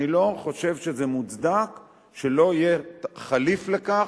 אני לא חושב שזה מוצדק שלא יהיה חליף לכך,